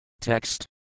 Text